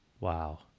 Wow